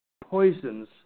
poisons